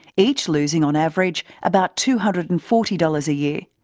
each losing on average about two hundred and forty dollars a year.